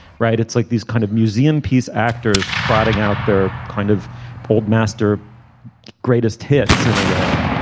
right it's like these kind of museum piece actors trotting out there kind of pulled master greatest hits in a way.